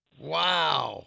Wow